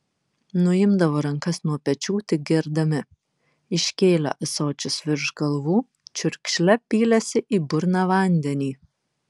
nuimdavo rankas nuo pečių tik gerdami iškėlę ąsočius virš galvų čiurkšle pylėsi į burną vandenį